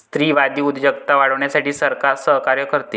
स्त्रीवादी उद्योजकता वाढवण्यासाठी सरकार सहकार्य करते